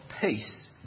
peace